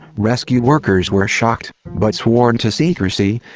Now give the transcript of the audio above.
rescue workers were shocked, but sworn to secrecy,